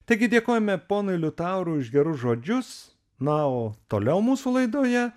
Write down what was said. taigi dėkojame ponui liutaurui už gerus žodžius na o toliau mūsų laidoje